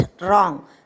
wrong